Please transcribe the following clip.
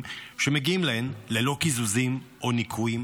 שמגיעים להן ללא קיזוזים או ניכויים